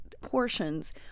portions